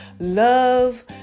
love